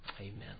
Amen